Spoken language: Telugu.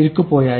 ఇరుక్కుపోయాయి